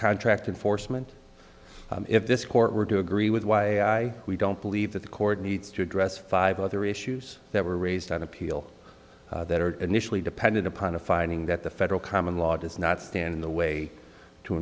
contracting foresman if this court were to agree with why we don't believe that the court needs to address five other issues that were raised on appeal that are initially dependent upon a finding that the federal common law does not stand in the way to